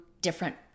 different